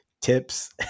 tips